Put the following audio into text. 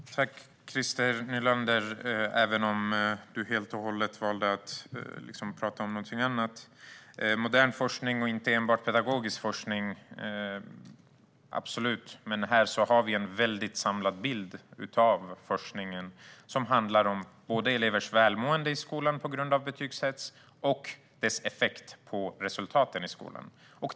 Herr talman! Tack, Christer Nylander, även om du valde att prata om någonting helt annat! Modern forskning och inte enbart pedagogisk forskning - absolut, men här har forskningen en samlad bild som handlar om elevers mående i skolan på grund av betygshets och betygshetsens effekt på resultaten i skolan.